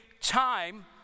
time